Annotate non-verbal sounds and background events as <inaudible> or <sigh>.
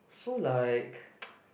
so like <noise>